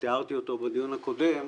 שתיארתי אותו בדיון הקודם,